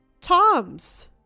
Tom's